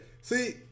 See